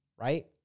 right